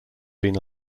been